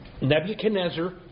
Nebuchadnezzar